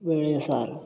ಒಳ್ಳೆಯ ಸಾರು